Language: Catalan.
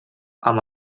amb